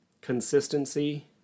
consistency